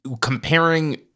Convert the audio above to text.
comparing